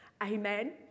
Amen